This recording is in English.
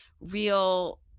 real